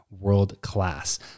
world-class